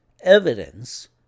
evidence